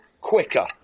quicker